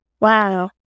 wow